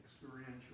experiential